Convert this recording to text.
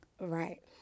right